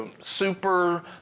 super